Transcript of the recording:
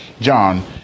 John